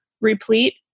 replete